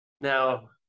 now